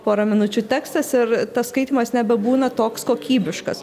porą minučių tekstas ir tas skaitymas nebebūna toks kokybiškas